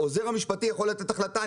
ואפילו העוזר המשפטי שלו יכול לתת החלטה,